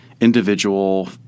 individual